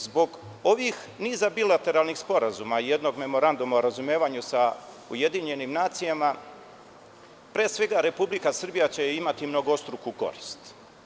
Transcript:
Zbog ovih niza bilateralnih sporazuma, jednog memoranduma o razumevanju sa UN, pre svega Republika Srbija će imati dvostruku korist.